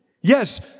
Yes